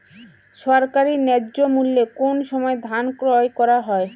সরকারি ন্যায্য মূল্যে কোন সময় ধান ক্রয় করা হয়?